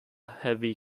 heavy